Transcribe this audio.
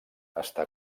està